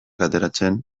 ateratzen